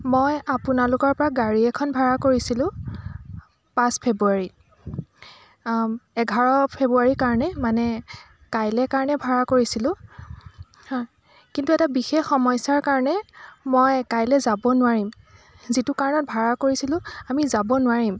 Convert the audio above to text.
মই আপোনালোকৰ পৰা গাড়ী এখন ভাৰা কৰিছিলোঁ পাঁচ ফেব্ৰুৱাৰীত এঘাৰ ফেব্ৰুৱাৰী কাৰণে মানে কাইলৈ কাৰণে ভাৰা কৰিছিলোঁ কিন্তু এটা বিশেষ সমস্যাৰ কাৰণে মই কাইলৈ যাব নোৱাৰিম যিটো কাৰণত ভাৰা কৰিছিলোঁ আমি যাব নোৱাৰিম